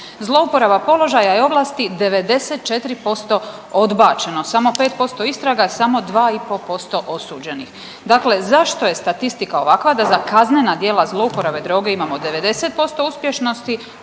zlouporaba položaja i ovlasti 94% odbačeno, samo 5% istraga, samo 2,5% osuđenih. Dakle, zašto je statistika ovakva da za kaznena djela zlouporabe droge imamo 90% uspješnosti,